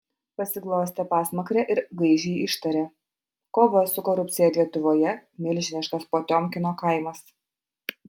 pasiglostė pasmakrę ir gaižiai ištarė kova su korupcija lietuvoje milžiniškas potiomkino kaimas